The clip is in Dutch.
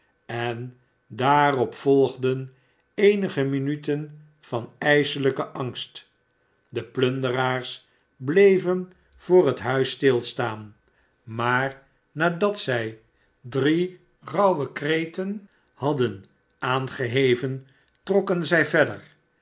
en daarop volgden eenige minuten van ijselijken angst de plunderaars bleven voor het huis stilstaan maar nadat zij drie rauwe kreten hadden aangeheven trokken zij verder